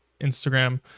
Instagram